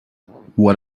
what